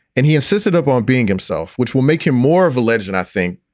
and he insisted upon being himself, which will make him more of a legend, i think,